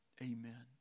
Amen